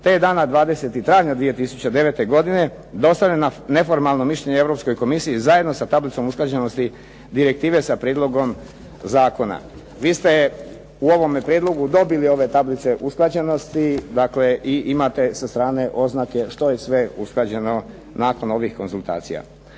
je dana 20. travnja 2009. dostavljeno neformalno mišljenje Europskoj komisiji zajedno sa tablicom usklađenosti direktive sa prijedlogom zakona. Vi ste u ovome prijedlogu dobili ove tablice usklađenosti, dakle i imate sa strane oznake što je sve usklađeno nakon ovih konzultacija.